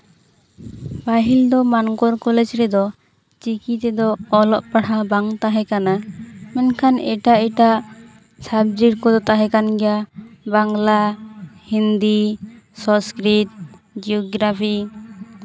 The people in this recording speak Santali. ᱯᱟᱹᱦᱤᱞ ᱫᱚ ᱢᱟᱱᱠᱚᱨ ᱠᱚᱞᱮᱡᱽ ᱨᱮᱫᱚ ᱪᱤᱠᱤ ᱛᱮᱫᱚ ᱚᱞᱚᱜ ᱯᱟᱲᱦᱟᱣ ᱵᱟᱝ ᱛᱟᱦᱮᱸ ᱠᱟᱱᱟ ᱢᱮᱱᱠᱷᱟᱱ ᱮᱴᱟᱜ ᱮᱴᱟᱜ ᱥᱟᱵᱽᱡᱮᱠᱴ ᱠᱚᱫᱚ ᱛᱟᱦᱮᱸ ᱠᱟᱱ ᱜᱮᱭᱟ ᱵᱟᱝᱞᱟ ᱦᱤᱱᱫᱤ ᱥᱚᱝᱥᱠᱨᱤᱛ ᱡᱤᱭᱳᱜᱨᱟᱯᱷᱤ